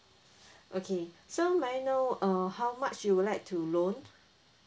okay so may I know err how much you would like to loan